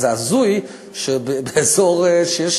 זה הזוי שבאזור שיש